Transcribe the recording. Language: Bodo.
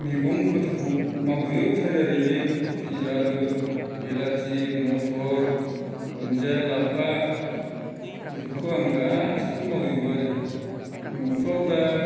मैगं गोथांखौ मावजोबथारो आरो बे कबि आलु बिलाथि मथर दुन्दिया लाफा बेफोरखौ आं गासैबो मावजोबो आरो न'फोराव दा